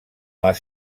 les